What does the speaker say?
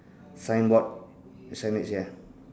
sign board signage ya